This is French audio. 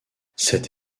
cette